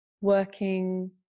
working